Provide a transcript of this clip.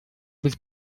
быть